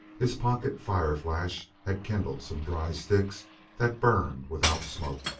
his pocket fireflash had kindled some dry sticks that burned without smoke.